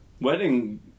Wedding